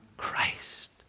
Christ